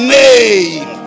name